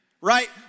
right